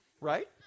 right